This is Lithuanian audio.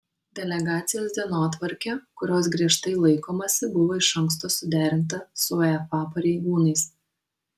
delegacijos dienotvarkė kurios griežtai laikomasi buvo iš anksto suderinta su uefa pareigūnais